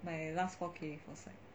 my last four k for psych